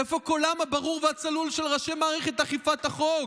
איפה קולם הברור והצלול של ראשי מערכת אכיפת החוק,